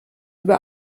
über